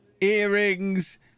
earrings